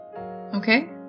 Okay